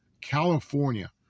California